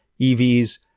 EVs